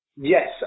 Yes